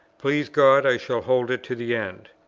please god, i shall hold it to the end.